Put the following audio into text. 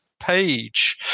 page